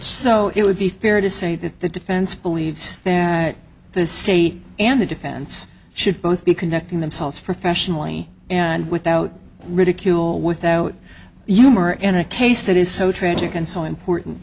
so it would be fair to say that the defense believes the state and the defense should both be conducting themselves for fashion only and without ridicule without you more in a case that is so tragic and so important